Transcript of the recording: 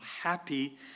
Happy